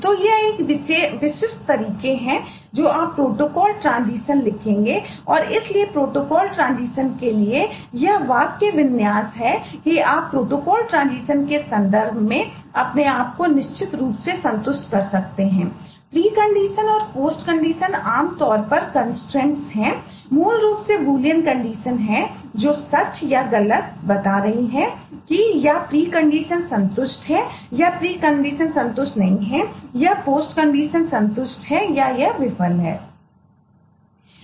तो यह विशिष्ट तरीके हैं जो आप प्रोटोकॉल ट्रांजिशन संतुष्ट है या यह विफल है